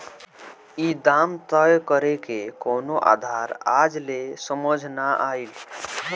ई दाम तय करेके कवनो आधार आज ले समझ नाइ आइल